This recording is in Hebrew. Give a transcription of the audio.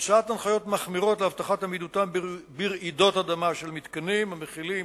הוצאת הנחיות מחמירות להבטחת העמידות ברעידות אדמה של מתקנים המכילים